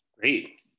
Great